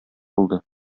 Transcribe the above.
булды